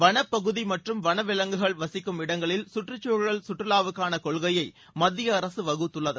வனப்பகுதி மற்றும் வனவிலங்குகள் வசிக்கும் இடங்களில் சுற்றுச்சூழல் சுற்றுலாவுக்கான கொள்கையை மத்திய அரசு வகுத்துள்ளது